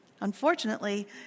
unfortunately